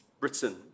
Britain